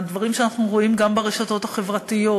הדברים שאנחנו רואים גם ברשתות החברתיות,